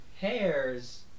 Hairs